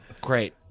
Great